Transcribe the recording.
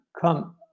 come